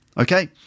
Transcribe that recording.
okay